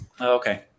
okay